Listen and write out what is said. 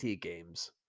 Games